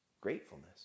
gratefulness